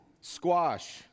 Squash